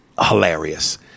hilarious